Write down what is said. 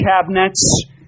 cabinets